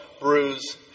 bruise